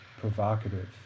provocative